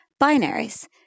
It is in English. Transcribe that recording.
binaries